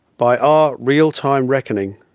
by our real time reckoning,